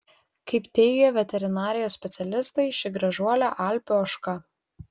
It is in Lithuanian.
kaip teigė veterinarijos specialistai ši gražuolė alpių ožka